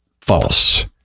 False